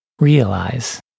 realize